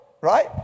right